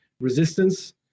resistance